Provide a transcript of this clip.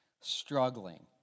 struggling